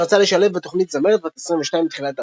שרצה לשלב בתוכנית זמרת בת 22 בתחילת דרכה,